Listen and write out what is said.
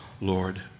Lord